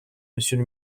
monsieur